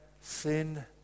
sin